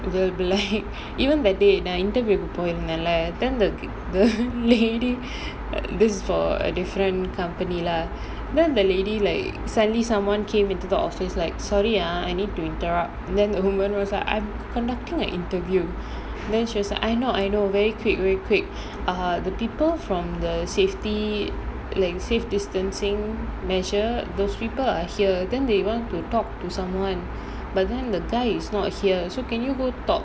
they will be like even that day நான்:naan interview கு போய் இருந்தேன்:ku poi irunthaen leh then the the lady this is for a different company lah then the lady like suddenly someone came into the office like sorry ah I need to interrupt then the woman was like I'm conducting an interview then she was like I know I know very quick very quick err the people from the safety like safe distancing measures those people are here then they want to talk to someone but then the guy is not here so can you go talk